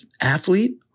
athlete